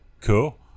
cool